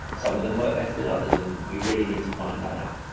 some of them work better than others and we really need to find that out.